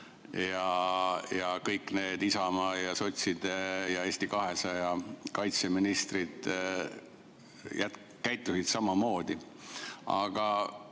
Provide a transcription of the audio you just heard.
Ja kõik Isamaa ja sotside ja Eesti 200 kaitseministrid käitusid samamoodi. Aga